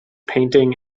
painting